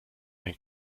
ein